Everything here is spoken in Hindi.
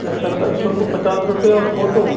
अच्छा सर शुल्क पचास रुपए और फ़ोटो